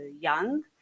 young